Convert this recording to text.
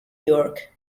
york